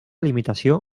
limitació